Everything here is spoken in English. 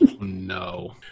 No